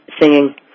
singing